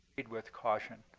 heed with caution,